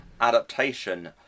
adaptation